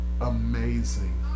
amazing